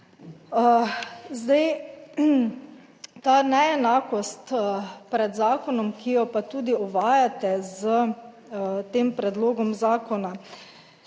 Ta neenakost pred zakonom, ki jo pa tudi uvajate s tem predlogom zakona